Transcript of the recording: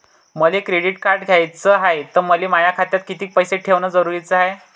मले credit card घ्याचं हाय, त मले माया खात्यात कितीक पैसे ठेवणं जरुरीच हाय?